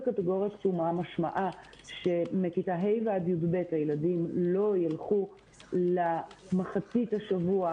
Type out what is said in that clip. משמעה שמכיתה ה' עד י"ב הילדים לא ילכו מחצית השבוע,